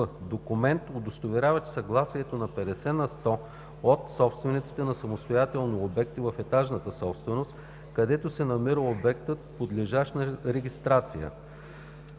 документ, удостоверяващ съгласието на 50 на сто от собствениците на самостоятелни обекти в етажната собственост, където се намира обектът подлежащ на регистрация.